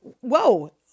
Whoa